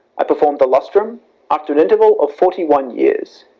i performed the lustrum after interval of forty one years,